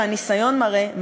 והניסיון מראה,